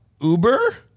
Uber